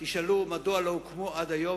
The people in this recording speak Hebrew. תשאלו מדוע לא הוקמו עד היום,